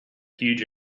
huge